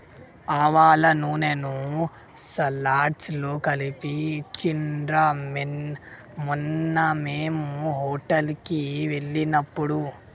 ఆవాల నూనెను సలాడ్స్ లో కలిపి ఇచ్చిండ్రు మొన్న మేము హోటల్ కి వెళ్ళినప్పుడు